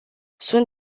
sunt